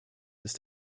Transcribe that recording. ist